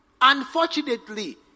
unfortunately